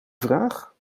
vraag